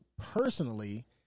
personally